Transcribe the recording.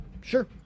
sure